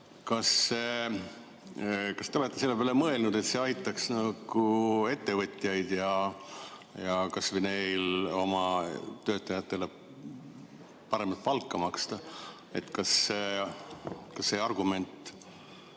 Kas te olete selle peale mõelnud, et see aitaks ettevõtjaid, [aitaks] neil kas või oma töötajatele paremat palka maksta? Kas see argument